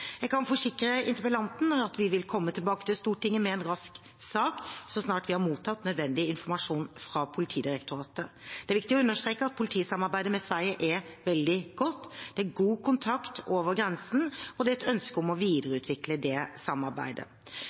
Jeg kan forsikre interpellanten om at vi vil komme tilbake til Stortinget med en sak så snart vi har mottatt nødvendig informasjon fra Politidirektoratet. Det er viktig å understreke at politisamarbeidet med Sverige er veldig godt. Det er god kontakt over grensen, og det er et ønske om å videreutvikle det samarbeidet.